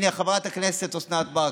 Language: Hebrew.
חברת הכנסת אוסנת מארק,